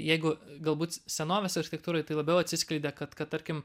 jeigu galbūt senovės architektūroj tai labiau atsiskleidė kad kad tarkim